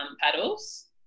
paddles